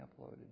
uploaded